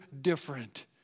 different